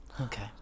Okay